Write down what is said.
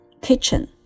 Kitchen